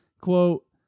quote